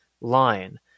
line